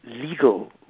legal